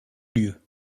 lieu